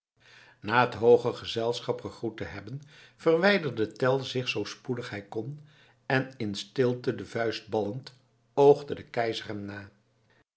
na het hooge gezelschap gegroet te hebben verwijderde tell zich zoo spoedig hij kon en in stilte de vuist ballend oogde de keizer hem na